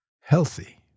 healthy